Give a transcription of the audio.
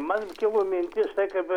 man kilo mintis tai kad